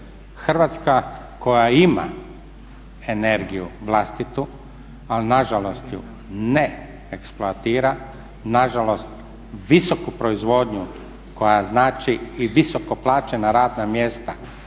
Hrvatska koja ima energiju vlastitu, ali nažalost ju ne eksploatira, nažalost visoku proizvodnju koja znači i visoko plaćena radna mjesta,